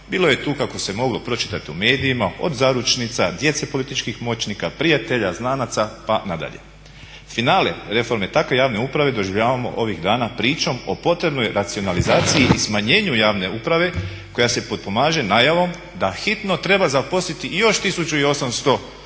Bilo je tu, kako se moglo pročitati u medijima, od zaručnica, djece političkih moćnika, prijatelja, znanaca pa nadalje. Finale reforme takve javne uprave doživljavamo ovih dana pričom o potrebnoj racionalizaciji i smanjenju javne uprave koja se potpomaže najavom da hitno treba zaposliti još 1800 novih